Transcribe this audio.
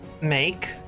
make